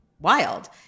wild